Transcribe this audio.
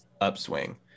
upswing